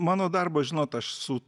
mano darbas žinot aš su